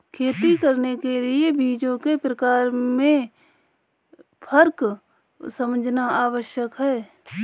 खेती करने के लिए बीजों के प्रकार में फर्क समझना आवश्यक है